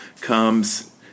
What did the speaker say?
Comes